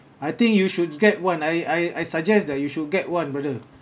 I think you should get one I I I suggest that you should get one brother